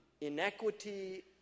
inequity